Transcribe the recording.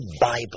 Bible